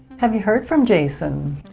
have you heard from jason?